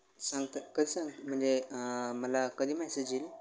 सांगता कसं म्हणजे मला कधी मॅसेज येईल